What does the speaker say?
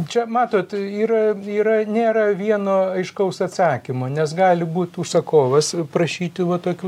čia matot yra yra nėra vieno aiškaus atsakymo nes gali būt užsakovas prašyti va tokių